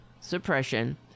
suppression